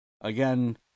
Again